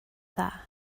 dda